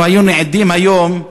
אנחנו היינו עדים היום,